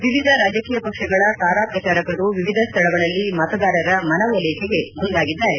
ವಿವಿಧ ರಾಜಕೀಯ ಪಕ್ಷಗಳ ತಾರಾ ಪ್ರಚಾರಕರು ವಿವಿಧ ಸ್ವಳಗಳಲ್ಲಿ ಮತದಾರರ ಮನ ಓಲೈಕೆಗೆ ಮುಂದಾಗಿದ್ದಾರೆ